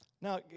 Now